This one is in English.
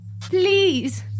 please